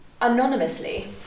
anonymously